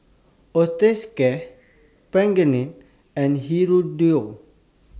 Osteocare Pregain and Hirudoid